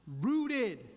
rooted